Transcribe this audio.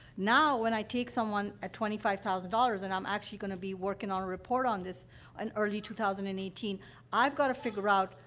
now, when i take someone at twenty five thousand dollars and i'm actually going to be working on a report on this in and early two thousand and eighteen i've got to figure out,